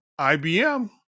IBM